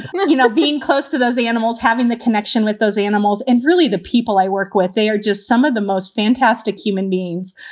like you know, being close to those animals, having the connection with those animals and really the people i work with, they are just some of the most fantastic human beings.